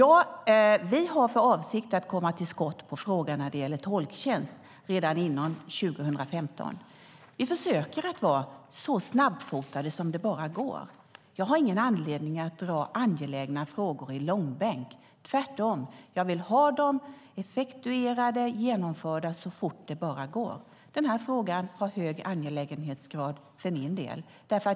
Vi har för avsikt att komma till skott i frågan om tolktjänst redan före 2015. Vi försöker att vara så snabbfotade som det bara går. Jag har ingen anledning att dra angelägna frågor i långbänk. Tvärtom vill jag ha dem effektuerade och genomförda så fort det bara går. Frågan har hög angelägenhetsgrad för min del.